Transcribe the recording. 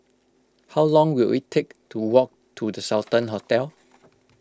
how long will it take to walk to the Sultan Hotel